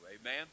Amen